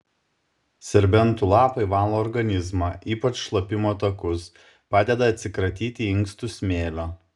serbentų lapai valo organizmą ypač šlapimo takus padeda atsikratyti inkstų smėlio